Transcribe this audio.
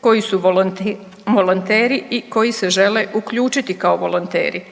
koji su volonteri i koji se žele uključiti kao volonteri.